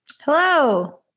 Hello